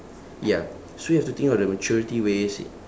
ya so you have to think of the maturity ways